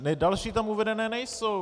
Další tam uvedené nejsou.